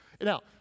Now